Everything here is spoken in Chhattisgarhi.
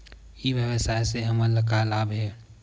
ई व्यवसाय से हमन ला का लाभ हे?